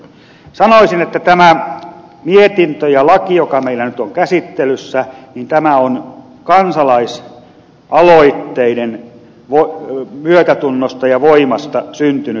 sanoisin että tämä mietintö ja laki joka meillä nyt on käsittelyssä on kansalaisaloitteiden myötätunnosta ja voimasta syntynyt